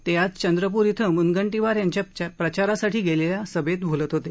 ते आज चंद्रपूर इथं मुनगंटीवार यांच्या प्रचारार्थ घेतलेल्या सभेत बोलत होते